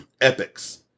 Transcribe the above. epics